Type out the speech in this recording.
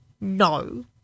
No